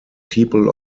people